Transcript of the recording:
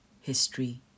history